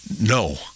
no